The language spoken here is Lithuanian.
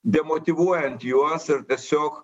demotyvuojant juos ir tiesiog